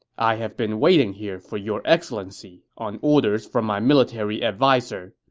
i have been waiting here for your excellency on orders from my military adviser.